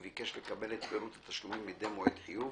וביקש לקבל את פירוט התשלומים מידי מועד חיוב,